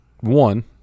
one